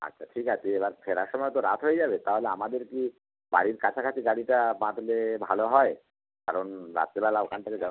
আচ্ছা ঠিক আছে এবার ফেরার সময় তো রাত হয়ে যাবে তাহলে আমাদের কি বাড়ির কাছাকাছি গাড়িটা বাঁধলে ভালো হয় কারণ রাত্রিবেলা ওখান থেকে যা